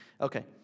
Okay